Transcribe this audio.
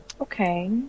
Okay